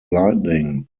lightning